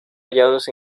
hallados